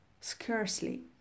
Scarcely